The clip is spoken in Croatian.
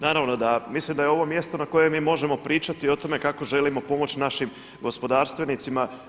Naravno da mislim da je ovo mjesto na kojem mi možemo pričati o tome kako želimo pomoći našim gospodarstvenicima.